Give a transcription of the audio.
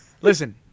Listen